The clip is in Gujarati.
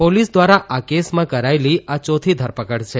પોલીસ દ્વારા આ કેસમાં કરાયેલી આ ચોથી ધરપકડ છે